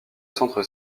centre